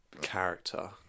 character